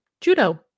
judo